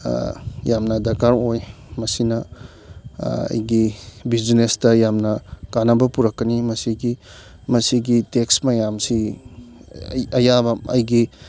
ꯌꯥꯝꯅ ꯗꯔꯀꯥꯔ ꯑꯣꯏ ꯃꯁꯤꯅ ꯑꯩꯒꯤ ꯕꯤꯖꯤꯅꯦꯁꯇ ꯌꯥꯝꯅ ꯀꯥꯟꯅꯕ ꯄꯨꯔꯛꯀꯅꯤ ꯃꯁꯤꯒꯤ ꯃꯁꯤꯒꯤ ꯇꯦꯛꯁ ꯃꯌꯥꯝꯁꯤ ꯑꯌꯥꯕ ꯑꯩꯒꯤ